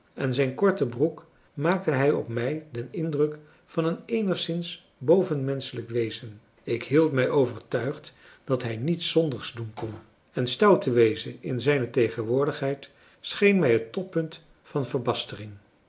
en zijn korte broek maakte hij op mij den indruk van een eenigszins bovenmenschelijk wezen ik hield mij overtuigd dat hij niets zondigs doen kon en stout te wezen in zijne tegenwoordigheid scheen mij het toppunt van verbastering